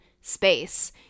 space